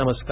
नमस्कार